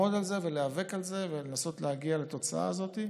ולעמוד על הזה ולהיאבק על זה ולנסות להגיע לתוצאה הזאת.